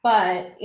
but, you